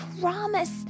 promise